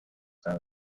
han